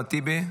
אחמד טיבי,